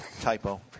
typo